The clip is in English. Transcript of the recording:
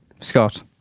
Scott